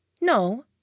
No